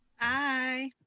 Bye